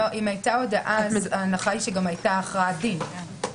אם הייתה הודאה, ההנחה שהיא שגם הייתה הכרעת דין.